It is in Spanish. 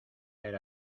era